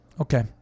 Okay